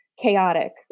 chaotic